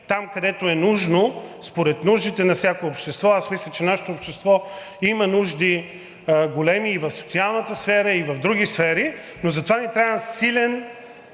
там, където е нужно, според нуждите на всяко общество, аз мисля, че нашето общество има големи нужди и в социалната сфера, и в други сфери, но затова ни трябва силен